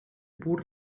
pur